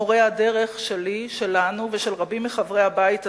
מורה הדרך שלי, שלנו ושל רבים מחברי הבית הזה,